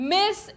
Miss